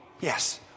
yes